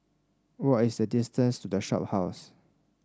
what is the distance to The Shophouse